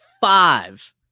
five